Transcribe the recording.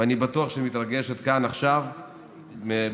ואני בטוח שהיא מתרגשת עכשיו ממקום